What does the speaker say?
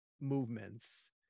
movements